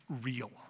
real